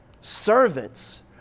servants